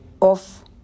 off